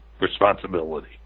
responsibility